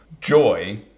joy